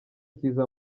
kiza